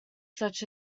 such